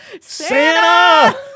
Santa